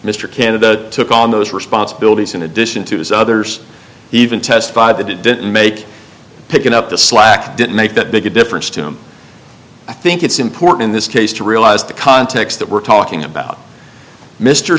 mr canada took on those responsibilities in addition to his others even testified that it didn't make picking up the slack didn't make that big a difference to him i think it's important in this case to realize the context that we're talking